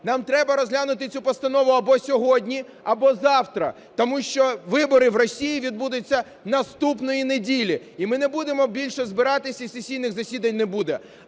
нам треба розглянути цю постанову або сьогодні, або завтра. Тому що вибори в Росії відбудуться наступної неділі і ми не будемо більше збиратися, і сесійних засідань не буде.